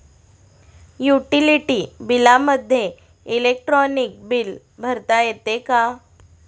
Utility बिलामध्ये electronic bill भरता येते का?